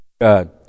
God